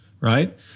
right